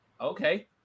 Okay